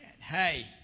Hey